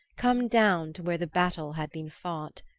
come down to where the battle had been fought.